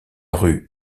rue